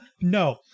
No